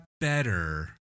better